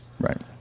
Right